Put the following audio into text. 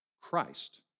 Christ